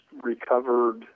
recovered